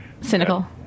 cynical